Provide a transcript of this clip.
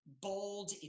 bold